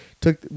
took